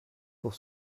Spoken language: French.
pour